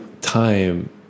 time